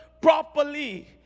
properly